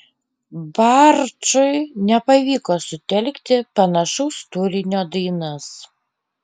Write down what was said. barčui nepavyko sutelkti panašaus turinio dainas